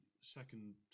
second